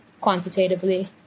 quantitatively